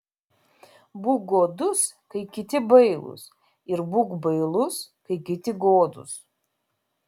būk godus kai kiti bailūs ir būk bailus kai kiti godūs